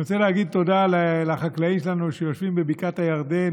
אני רוצה להגיד תודה לחקלאים שלנו שיושבים בבקעת הירדן,